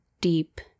deep